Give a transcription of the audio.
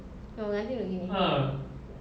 no pengantin duduk gini